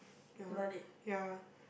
no ya